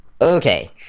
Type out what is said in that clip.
Okay